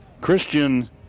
Christian